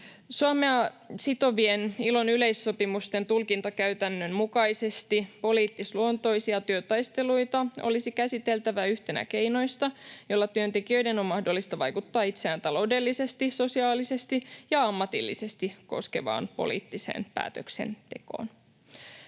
Suomea sitovien ILOn yleissopimusten tulkintakäytännön mukaisesti poliittisluontoisia työtaisteluita olisi käsiteltävä yhtenä keinoista, joilla työntekijöiden on mahdollista vaikuttaa itseään taloudellisesti, sosiaalisesti ja ammatillisesti koskevaan poliittiseen päätöksentekoon.